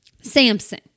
Samson